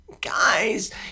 Guys